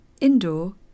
Indoor